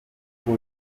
ubwo